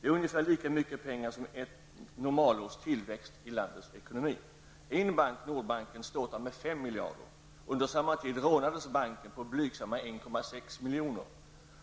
Det är ungefär lika mycket pengar som ett normalårs tillväxt i landets ekonomi. En av bankerna, Nordbanken, ståtar med fem miljarder i förlust. Under samma tid rånades banken på blygsamma 1,6 miljoner.